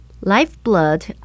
lifeblood